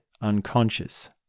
unconscious